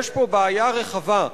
יש פה בעיה רחבה.